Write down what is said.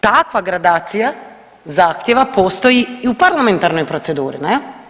Takva gradacija zahtijeva, postoji i u parlamentarnoj proceduri, ne?